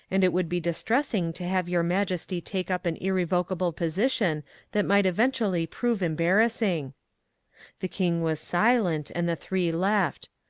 and it would be distressing to have your majesty take up an irrevocable position that might eventually prove embar rassing the king was silent, and the three left.